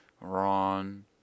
Ron